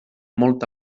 molta